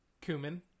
cumin